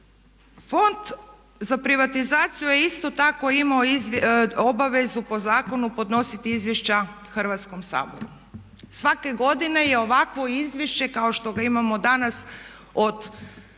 fond za privatizaciju je isto tako imao obavezu po zakonu podnositi izvješća Hrvatskom saboru. Svake godine je ovakvo izvješće kao što ga imamo danas od DUUDI-ja